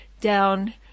down